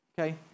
okay